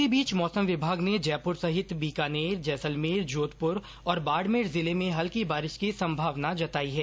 इसी बीच मौसम विभाग ने जयपूर सहित बीकानेर जैसलमेर जोधपूर और बाड़मेर जिले में हल्की बारिश की संभावना जताई है